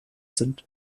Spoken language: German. sind